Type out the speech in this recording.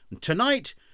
Tonight